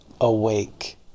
awake